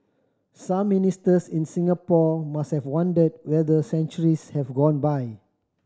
some Ministers in Singapore must have wondered whether centuries have gone by